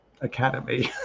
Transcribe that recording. Academy